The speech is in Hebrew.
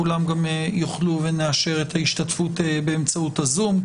כולם גם יוכלו ונאשר את ההשתתפות באמצעות זום,